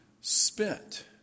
spent